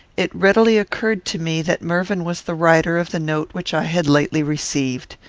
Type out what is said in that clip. it readily occurred to me that mervyn was the writer of the note which i had lately received.